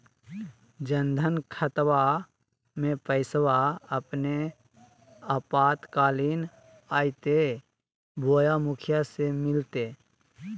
जन धन खाताबा में पैसबा अपने आपातकालीन आयते बोया मुखिया से मिलते?